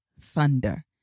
thunder